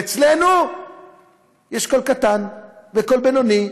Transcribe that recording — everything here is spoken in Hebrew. ואצלנו יש קול קטן, וקול בינוני,